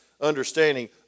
understanding